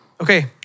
Okay